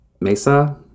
Mesa